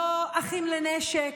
לא אחים לנשק.